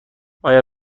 آیا